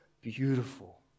beautiful